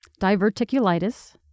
diverticulitis